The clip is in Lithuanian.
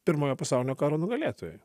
pirmojo pasaulinio karo nugalėtojai